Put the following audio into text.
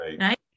right